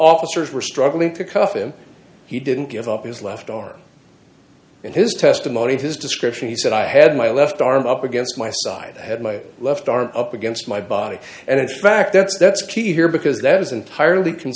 officers were struggling to cuff him he didn't give up his left arm and his testimony his description he said i had my left arm up against my side had my left arm up against my body and in fact that's that's key here because that is entirely c